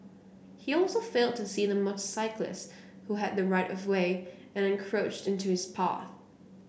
he also failed to see the motorcyclist who had the right of way and encroached into his path